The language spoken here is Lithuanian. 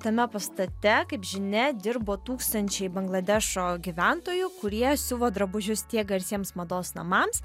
tame pastate kaip žinia dirbo tūkstančiai bangladešo gyventojų kurie siuvo drabužius tiek garsiems mados namams